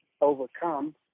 overcome